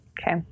Okay